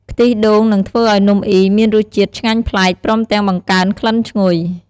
ខ្ទិះដូងនឹងធ្វើឲ្យនំអុីមានរសជាតិឆ្ងាញ់ប្លែក ព្រមទាំងបង្កើនក្លិនឈ្ងុយ។